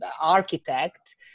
architect